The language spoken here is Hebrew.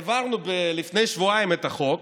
העברנו לפני שבועיים את החוק